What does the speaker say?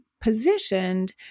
positioned